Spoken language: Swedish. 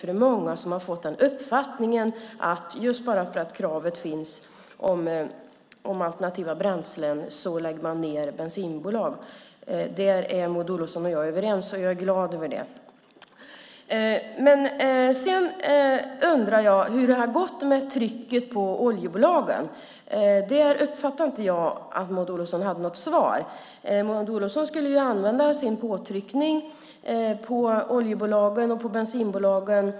Det är många som har fått uppfattningen att bara för att kravet på alternativa bränslen finns så lägger man ned bensinbolag. Där är Maud Olofsson och jag överens, och jag är glad över det. Sedan undrar jag hur det har gått med påtryckningen på oljebolagen. Där uppfattade inte jag att Maud Olofsson hade något svar. Maud Olofsson skulle ju utöva påtryckning på oljebolagen och på bensinbolagen.